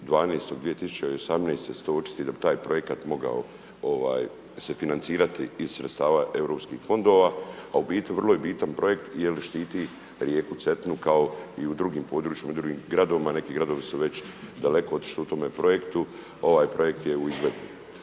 31.12.2018. da se to očisti, da bi taj projekat mogao se financirati iz sredstava EU fondova. A u biti vrlo je bitan projekt jer štiti rijeku Cetinu kao i u drugim područjima, drugim gradovima. Neki gradovi su već daleko otišli u tome projektu, ovaj projekt je u izvedbi.